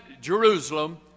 Jerusalem